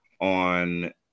on